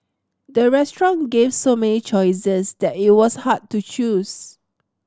the restaurant gave so many choices that it was hard to choose